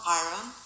iron